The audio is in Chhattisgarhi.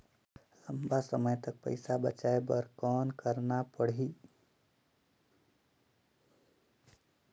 लंबा समय तक पइसा बचाये बर कौन करना पड़ही?